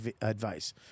advice